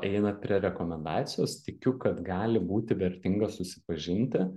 einat prie rekomendacijos tikiu kad gali būti vertinga susipažinti